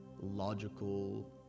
logical